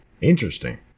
Interesting